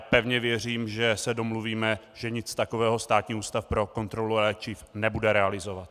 Pevně věřím, že se domluvíme, že nic takového Státní ústav pro kontrolu léčiv nebude realizovat.